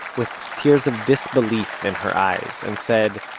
with tears of disbelief in her eyes, and said,